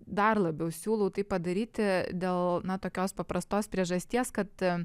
dar labiau siūlau tai padaryti dėl na tokios paprastos priežasties kad